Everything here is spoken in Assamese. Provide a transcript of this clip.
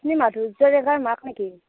আপুনি মাধুৰ্য ডেকাৰ মাক নেকি